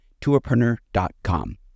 tourpreneur.com